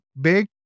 big